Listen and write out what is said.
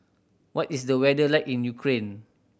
what is the weather like in Ukraine